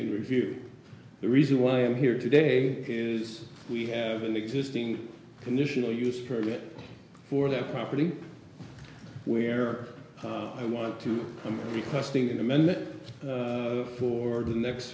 in review the reason why i'm here today is we have an existing conditional use for it for their property where i want to come requesting an amendment for the next